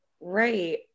Right